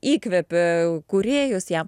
įkvėpė kūrėjus jam